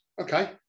Okay